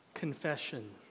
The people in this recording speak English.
confession